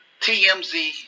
TMZ